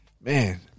man